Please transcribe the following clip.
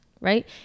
right